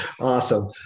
Awesome